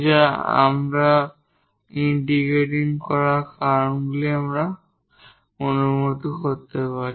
যা আমরা ইন্টিগ্রেটিং করার কারণগুলি অনুসরণ করতে পারি